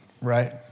right